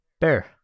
Bear